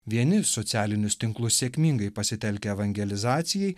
vieni socialinius tinklus sėkmingai pasitelkia evangelizacijai